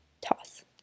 TOSS